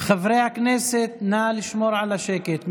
חברי הכנסת, נא לשמור על השקט.